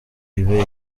ibe